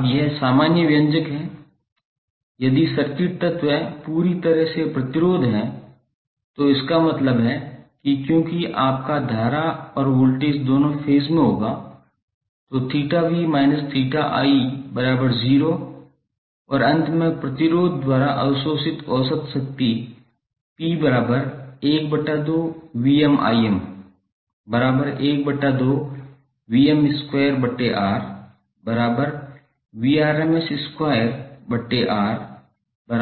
अब यह सामान्य व्यंजक है यदि सर्किट तत्व पूरी तरह से प्रतिरोध है तो इसका मतलब है कि क्योंकि आपका धारा और वोल्टेज दोनों फेज़ में होगा तो 𝜃𝑣−𝜃𝑖0 और अंत में प्रतिरोध द्वारा अवशोषित औसत शक्ति 𝑃